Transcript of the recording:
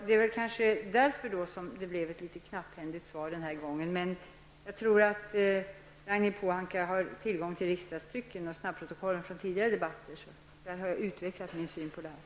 Det är därför som svaret den här gången blev litet knapphändigt, men jag förutsätter att Ragnhild Pohanka har tillgång till riksdagstrycket och till snabbprotokollen från tidigare debatter, där jag har utvecklat min syn på saken.